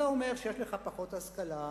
זה אומר שיש לך פחות השכלה,